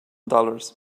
dollars